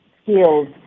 skills